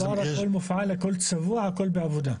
יש תב"ר, הכול מופעל, הכול צבוע, הכול בעבודה.